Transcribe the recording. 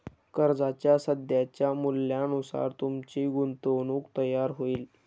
कर्जाच्या सध्याच्या मूल्यानुसार तुमची गुंतवणूक तयार होईल